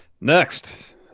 Next